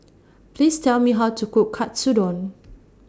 Please Tell Me How to Cook Katsudon